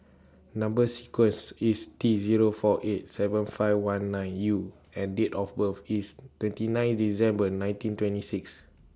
Number sequence IS T Zero four eight seven five one nine U and Date of birth IS twenty nine December nineteen twenty six